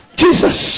jesus